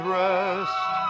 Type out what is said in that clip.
rest